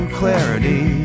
clarity